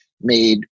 made